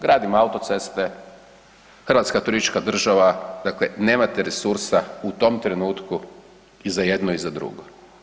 Gradimo autoceste, Hrvatska turistička država, dakle nemate resursa u tom trenutku i za jedno i za drugo.